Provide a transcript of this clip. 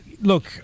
look